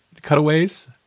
Cutaways